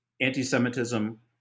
anti-Semitism